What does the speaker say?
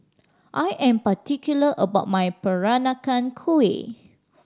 I am particular about my Peranakan Kueh